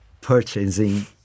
purchasing